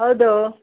ಹೌದು